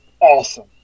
awesome